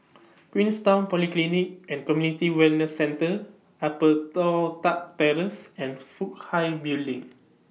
Queenstown Polyclinic and Community Wellness Centre Upper Toh Tuck Terrace and Fook Hai Building